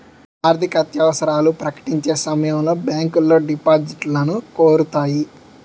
ఆర్థికత్యవసరాలు ప్రకటించే సమయంలో బ్యాంకులో డిపాజిట్లను కోరుతాయి